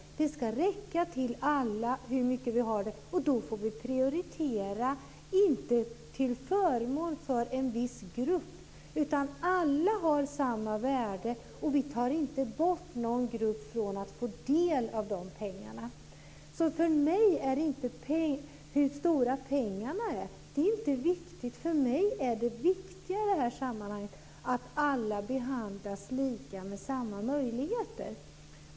Pengarna ska räcka till alla, och då får vi prioritera, inte till förmån för en viss grupp utan alla har samma värde. Vi tar inte bort någon grupp från att få del dessa pengar. För mig är inte det viktiga hur mycket pengar det är, utan det viktiga i det här sammanhanget är att alla behandlas lika med samma möjligheter.